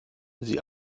sie